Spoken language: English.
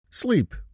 Sleep